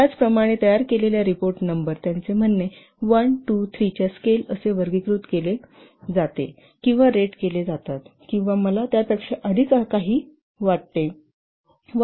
त्याचप्रमाणे तयार केलेल्या रिपोर्ट नंबर त्यांचे म्हणणे 1 2 3 च्या स्केल प्रमाणे वर्गीकृत केले जाते किंवा रेट केले जातात किंवा मला त्यापेक्षा अधिक वाटते संदर्भः वेळः 1347